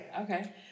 Okay